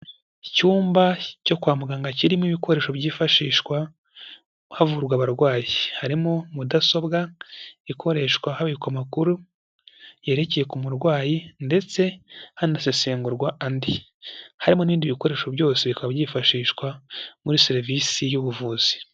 Icyumba cyo kwa muganga kirimo ibikoresho byifashishwa havurwa abarwayi, harimo mudasobwa ikoreshwa habikwa amakuru yerekeye ku murwayi ndetse hanasesengurwa andi, harimo n'ibindi bikoresho byose bikaba byifashishwa muri serivisi y'ubuvuzi.